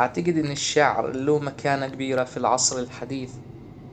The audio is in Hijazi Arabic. اعتجد ان الشعر له مكانة كبيرة في العصر الحديث